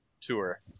tour